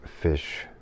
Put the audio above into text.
fish